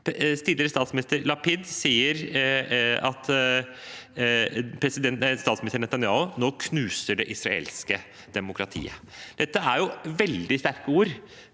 Tidligere statsminister Yair Lapid sa at statsminister Netanyahu nå knuser det israelske demokratiet. Dette er veldig sterke ord